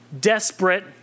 desperate